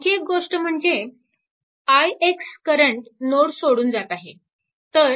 आणि आणखी एक गोष्ट म्हणजे ix करंट नोड सोडून जात आहे